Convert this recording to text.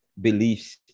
beliefs